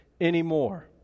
anymore